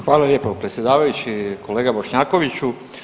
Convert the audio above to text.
Hvala lijepo predsjedavajući, kolega Bošnjakoviću.